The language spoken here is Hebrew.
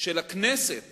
של הכנסת